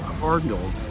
Cardinals